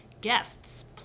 guests